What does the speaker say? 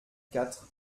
quatre